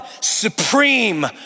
supreme